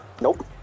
Nope